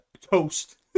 toast